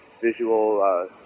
visual